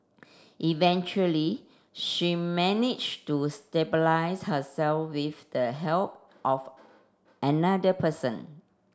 eventually she managed to stabilise herself with the help of another person